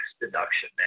deduction